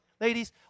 Ladies